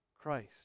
Christ